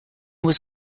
was